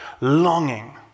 longing